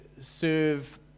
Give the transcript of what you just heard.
serve